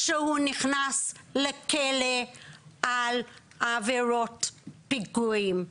שהוא נכנס לכלא על עבירות פיגועים,